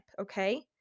okay